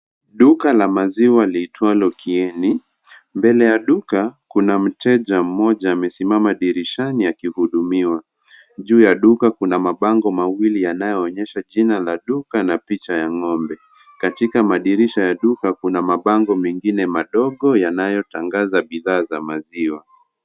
Duka la maziwa liitwalo Kieni. Mbele ya duka, kuna mteja mmoja amesimama dirishani akihudumiwa. Juu ya duka kuna mabango mawili yanayoonyesha jina la duka na picha ya ng'ombe. Katika madirisha ya duka kuna mabango vingine madogo yanayotangaza bidhaa za maziwa.